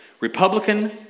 Republican